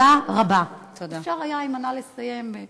נא לסיים.